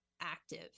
active